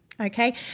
Okay